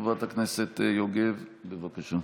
חברת הכנסת יוגב, בבקשה.